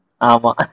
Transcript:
Ama